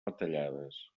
retallades